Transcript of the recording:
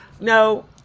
No